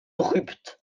rupt